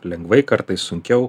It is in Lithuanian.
lengvai kartais sunkiau